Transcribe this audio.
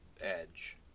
Edge